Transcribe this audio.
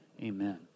amen